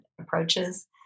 approaches